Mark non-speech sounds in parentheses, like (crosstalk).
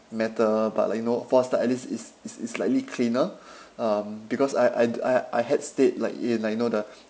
matter but like you know four star at least it's it's it's slightly cleaner um because I I I I had stayed like in like you know the (breath)